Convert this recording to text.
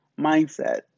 mindset